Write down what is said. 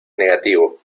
negativo